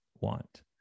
want